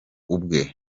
ubwe